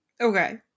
Okay